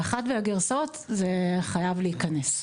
באחת מהגרסאות זה חייב להיכנס,